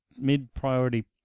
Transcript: mid-priority